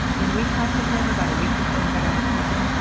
when we talked to him about a week before he got out of prison,